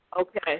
Okay